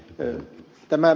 tämä ed